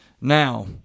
Now